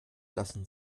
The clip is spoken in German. lassen